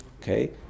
Okay